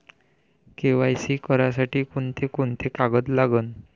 KYC करासाठी कोंते कोंते कागद लागन?